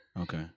Okay